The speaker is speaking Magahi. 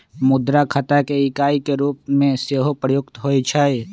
मुद्रा खता के इकाई के रूप में सेहो प्रयुक्त होइ छइ